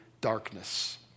darkness